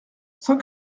cent